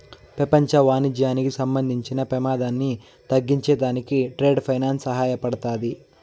పెపంచ వాణిజ్యానికి సంబంధించిన పెమాదాన్ని తగ్గించే దానికి ట్రేడ్ ఫైనాన్స్ సహాయపడతాది